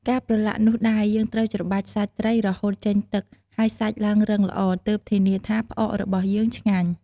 ការប្រឡាក់នោះដែរ យើងត្រូវច្របាច់សាច់ត្រីរហូតចេញទឹក ហើយសាច់ឡើងរឹងល្អ ទើបធានាថាផ្អករបស់យើងឆ្ងាញ់។